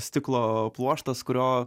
stiklo pluoštas kurio